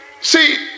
see